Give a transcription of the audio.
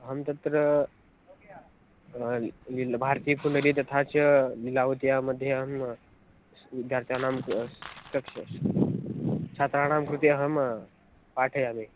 अहं तत्र लिल्लभारति पुनारि तथा च लिलावत्यां मध्ये अहं विद्यार्थिनां कक्षायाः कृते छात्राणां कृते अहं पाठयामि